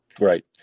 right